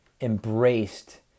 embraced